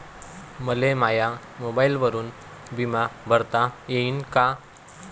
मले माया मोबाईलवरून बिमा भरता येईन का?